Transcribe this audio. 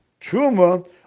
Truma